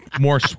more